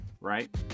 right